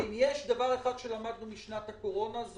אם יש דבר אחד שלמדנו בשנת הקורונה זה